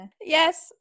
Yes